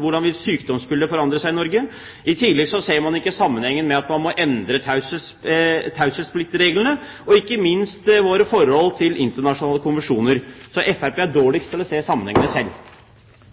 Hvordan vil f.eks. sykdomsbildet forandre seg i Norge? I tillegg ser man ikke sammenhengen med at man må endre taushetspliktreglene, og ikke minst vårt forhold til internasjonale konvensjoner. Fremskrittspartiet er dårligst til å se sammenhengene selv.